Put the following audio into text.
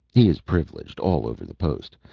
he is privileged, all over the post,